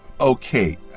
Okay